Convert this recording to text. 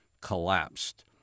collapsed